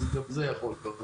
אז גם זה יכול לקרות לו.